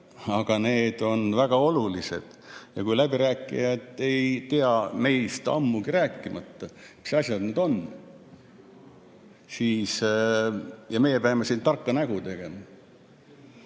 aga need on väga olulised. Ja läbirääkijad ei tea, meist ammugi rääkimata, mis asjad need on, ja meie peame siin tarka nägu tegema.